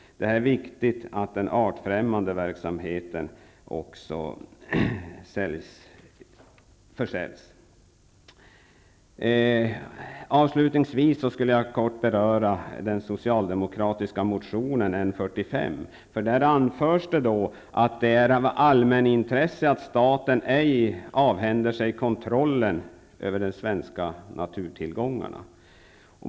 De är viktigt att den artfrämmande verksamheten försäljs. Avslutningsvis vill jag helt kort beröra den socialdemokratiska motionen N45. I den anförs det att det är av allmänintresse att staten ej avhänder sig kontrollen över de svenska naturtillgångarna.